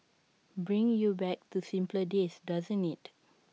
brings you back to simpler days doesn't IT